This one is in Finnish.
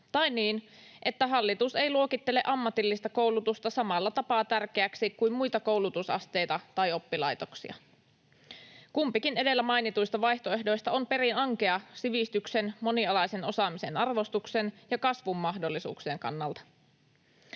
tai niin, että hallitus ei luokittele ammatillista koulutusta samalla tapaa tärkeäksi kuin muita koulutusasteita tai oppilaitoksia. Kumpikin edellä mainituista vaihtoehdoista on perin ankea sivistyksen, monialaisen osaamisen arvostuksen ja kasvun mahdollisuuksien kannalta.